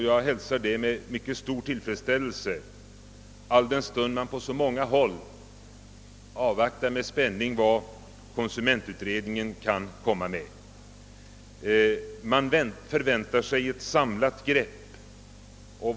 Jag hälsar detta med stor tillfredsställelse alldenstund man på så många håll med spänning avvaktar konsumentutredningens resultat. Man förväntar sig ett samlat grepp.